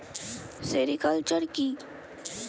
Sericulture কি?